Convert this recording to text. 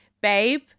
Babe